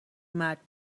مرد